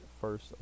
first